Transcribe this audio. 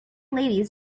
ladies